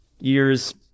years